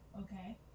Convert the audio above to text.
Okay